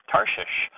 Tarshish